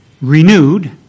renewed